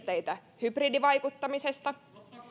todennäköisesti piirteitä hybridivaikuttamisesta